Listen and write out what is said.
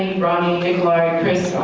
ronnie, nikolai, chris,